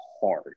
hard